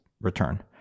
return